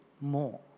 more